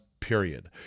Period